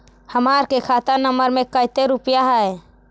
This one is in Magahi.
हमार के खाता नंबर में कते रूपैया है?